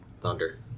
thunder